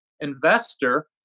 investor